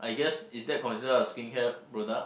I guess is that considered a skincare product